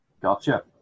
Gotcha